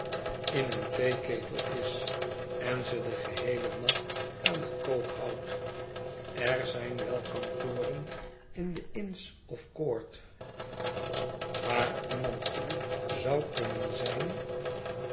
in een theeketel is en ze den geheelen nacht aan de kook houdt er zijn wel kantoren in de inn's ofcourt waar iemand koel zou kunnen zijn